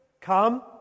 come